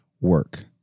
work